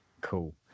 Cool